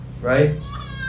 Right